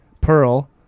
Pearl